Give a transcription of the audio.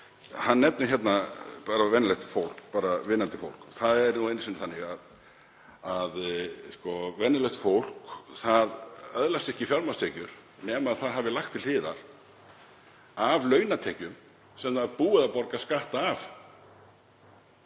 Hann nefnir hér venjulegt fólk, bara vinnandi fólk. Það er nú einu sinni þannig að venjulegt fólk öðlast ekki fjármagnstekjur nema það hafi lagt til hliðar af launatekjum sem það er búið að borga skatta af.